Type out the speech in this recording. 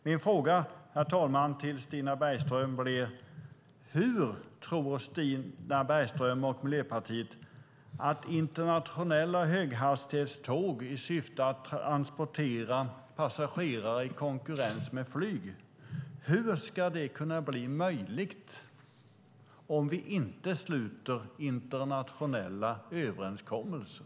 Min fråga till Stina Bergström, herr talman, blir: Hur tror Stina Bergström och Miljöpartiet att internationella höghastighetståg i syfte att transportera passagerare i konkurrens med flyg ska kunna bli möjligt om vi inte sluter internationella överenskommelser?